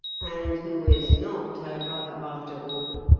and who is not her brother, after all?